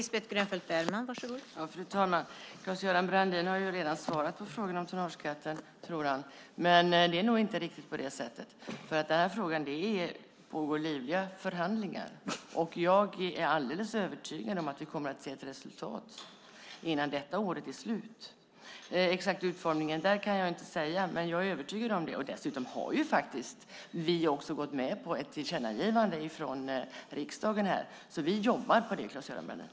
Fru talman! Claes-Göran Brandin har ju redan svarat på frågan om tonnageskatten - tror han. Men det är nog inte riktigt på det sättet. I den här frågan pågår livliga förhandlingar, och jag är alldeles övertygad om att vi kommer att se resultat innan detta år är slut. Den exakta utformningen där kan jag inte säga något om, men jag är övertygad om det. Dessutom har vi ju faktiskt också gått med på ett tillkännagivande från riksdagen här, så vi jobbar på det, Claes-Göran Brandin.